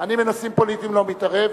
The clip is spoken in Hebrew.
אני בנושאים פוליטיים לא מתערב,